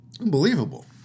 Unbelievable